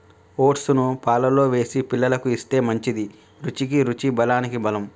oats ను పాలల్లో వేసి పిల్లలకు ఇస్తే మంచిది, రుచికి రుచి బలానికి బలం